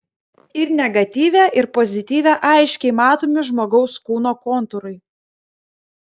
ir negatyve ir pozityve aiškiai matomi žmogaus kūno kontūrai